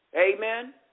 Amen